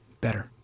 Better